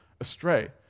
astray